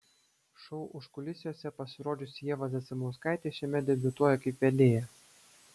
šou užkulisiuose pasirodžiusi ieva zasimauskaitė šiemet debiutuoja kaip vedėja